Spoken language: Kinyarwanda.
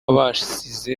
abasize